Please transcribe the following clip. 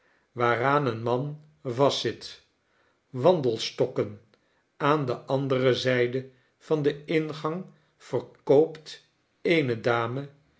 zit wandelstokken aan de andere zijde van den ingang verkoopt eene dame